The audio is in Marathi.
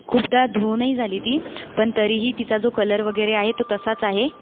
खूपदा धुवूनही झाली ती पण तरीही तिचा जो कलर वगैरे आहे तो तसाच आहे